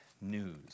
news